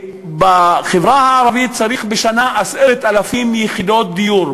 בחברה הערבית צריך בשנה 10,000 יחידות דיור.